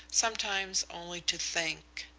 sometimes only to think.